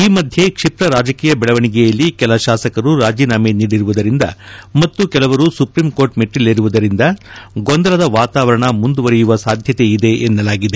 ಈ ಮಧ್ಯೆ ಕ್ಷಿಪ್ತ ರಾಜಕೀಯ ಬೆಳವಣಗೆಯಲ್ಲಿ ಕೆಲಶಾಸಕರು ರಾಜೀನಾಮೆ ನೀಡಿರುವುದರಿಂದ ಮತ್ತು ಕೆಲವರು ಸುಪ್ರಿಂಕೋರ್ಟ ಮೆಟ್ಟಲೇರಿರುವುದರಿಂದ ಗೊಂದಲದ ವಾತಾವರಣ ಮುಂದುವರೆಯುವ ಸಾಧ್ಯತೆ ಇದೆ ಎನ್ನಲಾಗಿದೆ